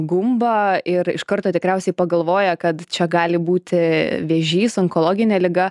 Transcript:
gumbą ir iš karto tikriausiai pagalvoję kad čia gali būti vėžys onkologinė liga